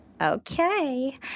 Okay